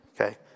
Okay